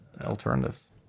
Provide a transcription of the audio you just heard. alternatives